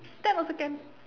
that was a game